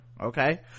Okay